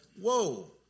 whoa